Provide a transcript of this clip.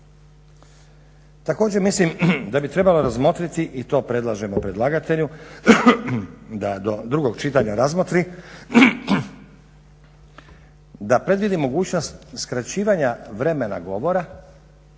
Također mislim da bi trebalo razmotriti i to predlažemo predlagatelju da do drugog čitanja razmotri, da predvidi mogućnost skraćivanja vremena govora